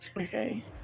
okay